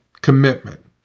commitment